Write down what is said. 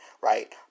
right